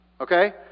okay